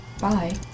Bye